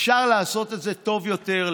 אפשר לעשות את זה טוב יותר,